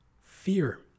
fear